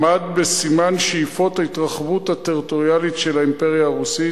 שעמד בסימן שאיפות ההתרחבות הטריטוריאלית של האימפריה הרוסית,